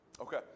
Okay